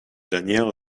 danielle